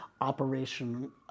operation